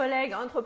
but tag on